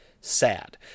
Sad